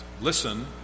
Listen